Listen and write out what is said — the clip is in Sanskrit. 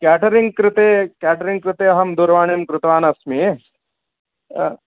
केटरिङ्ग् कृते केटरिङ्ग् कृते अहं दूरवाणीं कृतवान् अस्मि